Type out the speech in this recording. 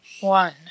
One